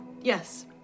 Yes